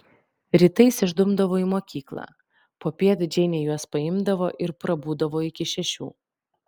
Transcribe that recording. rytais išdumdavo į mokyklą popiet džeinė juos paimdavo ir prabūdavo iki šešių